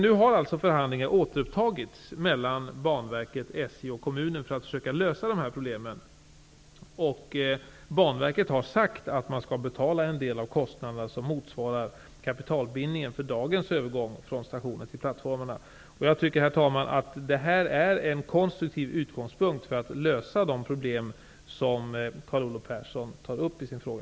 Nu har dock förhandlingarna alltså återupptagits mellan Banverket, SJ och kommunen för att försöka lösa detta problem, och Banverket har sagt att man skall betala en del av kostnaderna som motsvarar kapitalbildningen för dagens övergång från stationen till plattformarna. Jag tycker, herr talman, att detta är en konstruktiv utgångspunkt för att lösa de problem som Carl Olov Persson tar upp i sin fråga.